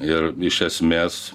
ir iš esmės